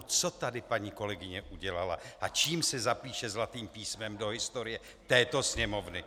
Co tady paní kolegyně udělala a čím se zapíše zlatým písmem do historie této Sněmovny?